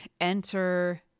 enter